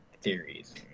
theories